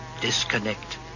disconnect